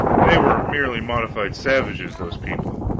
they were merely modified savages, those people.